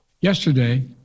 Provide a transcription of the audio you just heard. Yesterday